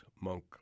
Monk